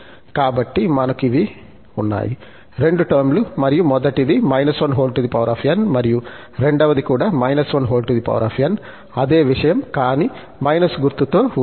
కాబట్టి మనకు ఇవి ఉన్నాయి రెండు టర్మ్ లు మరియు మొదటిది −1 n మరియు రెండవది కూడా −1 n అదే విషయం కానీ గుర్తుతో ఉంటుంది